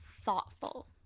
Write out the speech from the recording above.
thoughtful